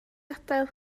adael